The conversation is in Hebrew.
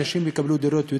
ושאנשים יקבלו יותר דירות,